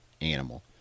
animal